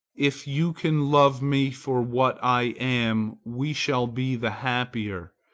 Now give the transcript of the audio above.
if you can love me for what i am, we shall be the happier.